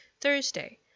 Thursday